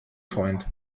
freund